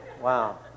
Wow